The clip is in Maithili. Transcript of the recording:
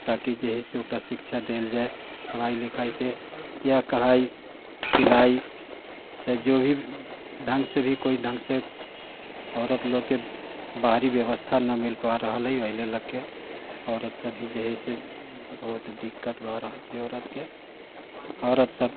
ताकि जे है ओकरा शिक्षा देल जाय पढ़ाइ लिखाइके या कढ़ाइ सिलाइ चाहे जो भी ढङ्गसँ भी कोइ ढङ्गसँ औरत लोकके बाहरी व्यवस्था न मिल पा रहल अछि एहि लऽ कऽ औरत सभ जे है से बहुत दिक्कत भऽ रहल छै औरतके औरत सभ